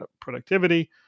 productivity